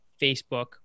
facebook